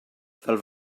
fel